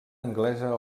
anglesa